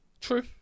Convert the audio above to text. True